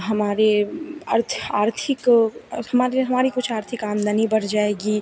हमारे अर्थ आर्थिक हमारे हमारी कुछ आर्थिक आमदनी बढ़ जाएगी